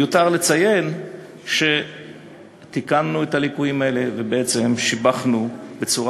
מיותר לציין שתיקנו את הליקויים ובעצם שיבחנו בצורה